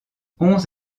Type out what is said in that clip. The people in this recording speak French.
onze